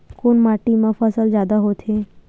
कोन माटी मा फसल जादा होथे?